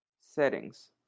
Settings